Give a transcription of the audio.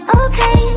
okay